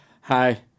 hi